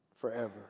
forever